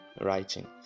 writing